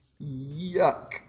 Yuck